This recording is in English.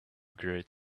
great